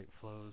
flows